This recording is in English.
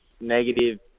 negative